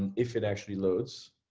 and if it actually loads,